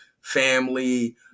family